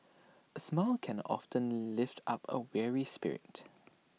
A smile can often lift up A weary spirit